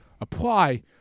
apply